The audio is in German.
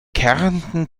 kärnten